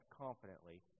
confidently